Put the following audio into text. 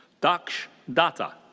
daksh datta.